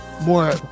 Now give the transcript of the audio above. more